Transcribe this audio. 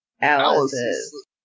Alice's